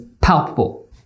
palpable